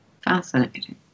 Fascinating